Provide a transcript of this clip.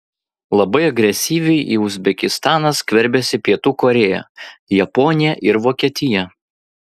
labai agresyviai į uzbekistaną skverbiasi pietų korėja japonija ir vokietija